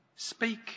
Speak